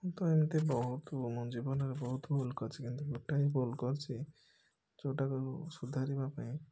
ମୁଁ ତ ଏମତି ବହୁତ ମୋ ଜୀବନରେ ବହୁତ ଭୁଲ କରିଛି କିନ୍ତୁ ଗୋଟାଏ ଭୁଲ କରିଛି ଯେଉଁଟାକୁ ସୁଧାରିବା ପାଇଁ